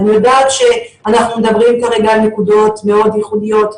אני יודעת שאנחנו מדברים כרגע על נקודות מאוד רוחביות,